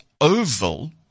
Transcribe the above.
oval